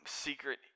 secret